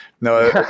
no